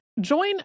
Join